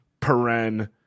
paren